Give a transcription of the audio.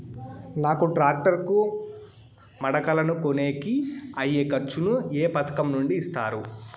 నాకు టాక్టర్ కు మడకలను కొనేకి అయ్యే ఖర్చు ను ఏ పథకం నుండి ఇస్తారు?